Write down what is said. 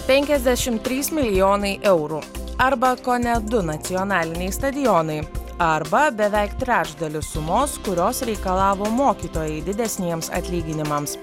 penkiasdešim trys milijonai eurų arba kone du nacionaliniai stadionai arba beveik trečdalis sumos kurios reikalavo mokytojai didesniems atlyginimams